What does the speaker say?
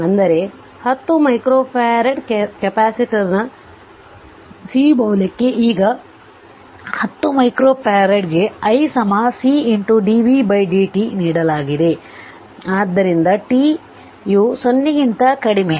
ಅಂದರೆ 10 microfarad capacitor C ಮೌಲ್ಯಕ್ಕೆ ಈಗ 10 ಮೈಕ್ರೊಫರಾಡ್ಗೆ i C dv dt ನೀಡಲಾಗಿದೆ ಆದ್ದರಿಂದ t ಯು 0 ಕ್ಕಿಂತ ಕಡಿಮೆ